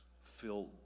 Fill